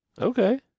Okay